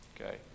Okay